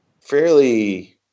fairly